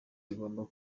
igomba